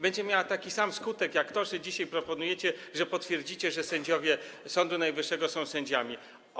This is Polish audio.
Będzie miała taki sam skutek jak to, co dzisiaj proponujecie, jak to, że potwierdzicie, że sędziowie Sądu Najwyższego są sędziami.